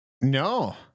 No